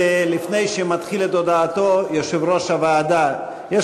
לפני שיושב-ראש הוועדה מתחיל את הודעתו,